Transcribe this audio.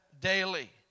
daily